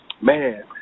man